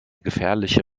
gefährliche